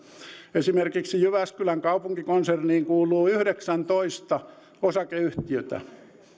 esimerkiksi jyväskylän kaupunkikonserniin kuuluu yhdeksäntoista osakeyhtiötä